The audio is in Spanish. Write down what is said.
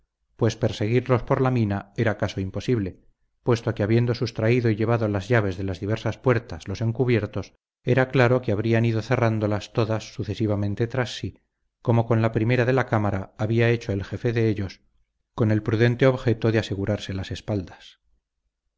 pues perseguirlos por la mina era caso imposible puesto que habiendo sustraído y llevado las llaves de las diversas puertas los encubiertos era claro que habrían ido cerrándolas todas sucesivamente tras sí como con la primera de la cámara había hecho el jefe de ellos con el prudente objeto de asegurarse las espaldas